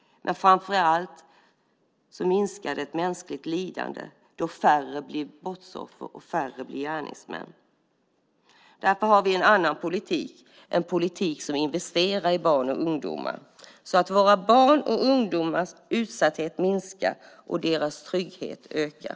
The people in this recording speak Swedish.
Framför allt minskas mänskligt lidande då färre blir brottsoffer och färre blir gärningsmän. Därför har vi en annan politik - en politik som investerar i barn och ungdomar så att våra barns och ungdomars utsatthet minskar och deras trygghet ökar.